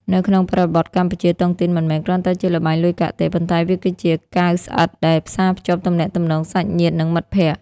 នៅក្នុងបរិបទកម្ពុជា តុងទីនមិនមែនគ្រាន់តែជាល្បែងលុយកាក់ទេ ប៉ុន្តែវាគឺជា "កាវស្អិត" ដែលផ្សារភ្ជាប់ទំនាក់ទំនងសាច់ញាតិ និងមិត្តភក្តិ។